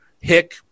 hick